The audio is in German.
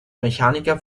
mechaniker